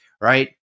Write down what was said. right